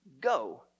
go